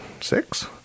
six